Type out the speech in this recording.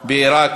בעיראק,